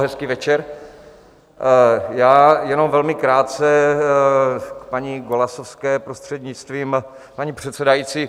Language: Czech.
Hezký večer, já jenom velmi krátce k paní Golasowské, prostřednictvím paní předsedající.